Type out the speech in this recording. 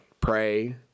pray